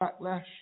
backlash